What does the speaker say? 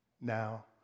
Now